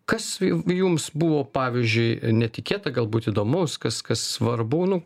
kas jums buvo pavyzdžiui netikėta galbūt įdomu kas kas svarbu nu